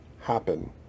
happen